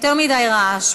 יותר מדי רעש.